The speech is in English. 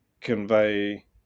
convey